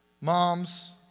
moms